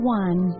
one